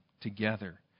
together